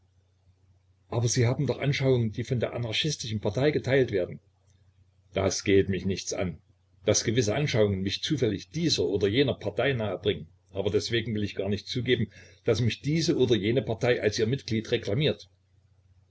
aber sie haben doch anschauungen die von der anarchistischen partei geteilt werden das geht mich nichts an daß gewisse anschauungen mich zufällig dieser oder jener partei nahe bringen aber deswegen will ich gar nicht zugeben daß mich diese oder jene partei als ihr mitglied reklamiert